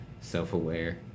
self-aware